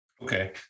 Okay